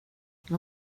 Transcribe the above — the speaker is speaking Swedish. jag